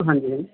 ਹਾਂਜੀ ਜੀ